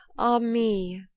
ah me,